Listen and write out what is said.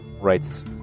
writes